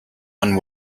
one